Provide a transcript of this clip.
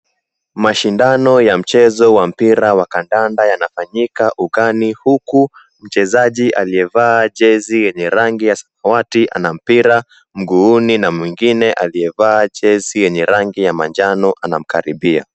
Mashindano ya mchezo wa mpira wa kandanda yanafanyika ukani, huku mchezaji aliyevaa jezi yenye rangi ya samawati ana mpira mguuni na mwingine aliyevaa jezi yenye rangi ya manjano anamkaribia.